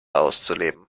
auszuleben